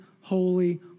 holy